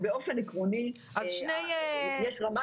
באופן עקרוני יש רמת מוגנות מאוד גבוהה.